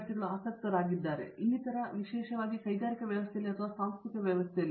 ಅಥವಾ ಇನ್ನಿತರ ವಿಶೇಷವಾಗಿ ಕೈಗಾರಿಕಾ ವ್ಯವಸ್ಥೆಯಲ್ಲಿ ಅಥವಾ ಸಾಂಸ್ಥಿಕ ವ್ಯವಸ್ಥೆಯಲ್ಲಿ